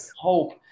hope